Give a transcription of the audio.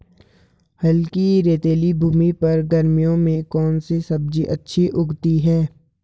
हल्की रेतीली भूमि पर गर्मियों में कौन सी सब्जी अच्छी उगती है?